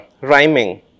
rhyming